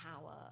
power